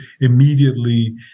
immediately